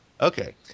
Okay